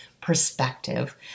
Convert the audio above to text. perspective